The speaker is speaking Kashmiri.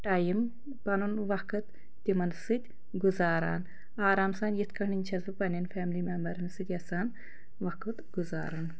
ٹایم پَنُن وقت تِمَن سۭتۍ گُزاران آرام سان یِتھ کٲٹھۍ چھیٚس بہٕ پَننیٚن فیملی میمبرَن سۭتۍ یَژھان وقت گُزارُن